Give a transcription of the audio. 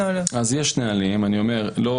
יש נהלים, אתם תקבלו אותם.